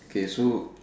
okay so